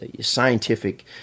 scientific